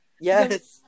Yes